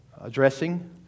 addressing